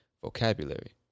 vocabulary